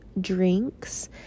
drinks